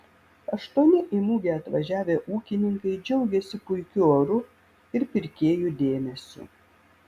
aštuoni į mugę atvažiavę ūkininkai džiaugėsi puikiu oru ir pirkėjų dėmesiu